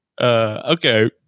okay